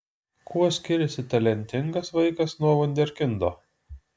kuo skiriasi talentingas vaikas nuo vunderkindo